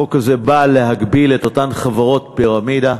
החוק הזה בא להגביל את אותן חברות פירמידה